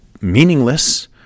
meaningless